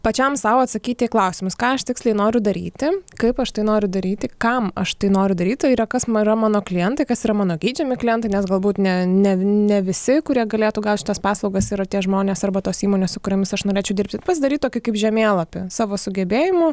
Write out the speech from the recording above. pačiam sau atsakyti į klausimus ką aš tiksliai noriu daryti kaip aš tai noriu daryti kam aš tai noriu daryt tai yra kas ma yra mano klientai kas yra mano geidžiami klientai nes galbūt ne ne ne visi kurie galėtų gaut šitas paslaugas yra tie žmonės arba tos įmonės su kurioms aš norėčiau dirbti pasidaryt tokį kaip žemėlapį savo sugebėjimų